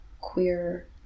queer